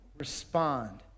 respond